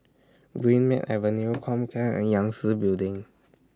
Greenmead Avenue Comcare and Yangtze Building